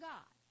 God